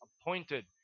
appointed